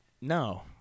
No